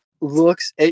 looks